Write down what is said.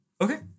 Okay